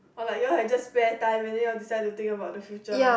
or like you all have just spare time and then you all decided to think about the future